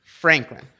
Franklin